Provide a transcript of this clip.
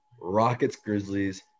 Rockets-Grizzlies